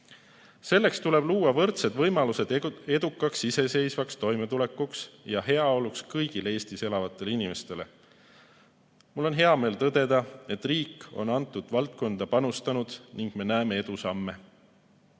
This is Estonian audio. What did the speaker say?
Selleks tuleb luua võrdsed võimalused edukaks iseseisvaks toimetulekuks ja heaoluks kõigile Eestis elavatele inimestele. Mul on hea meel tõdeda, et riik on antud valdkonda panustanud ning me näeme edusamme.